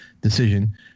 decision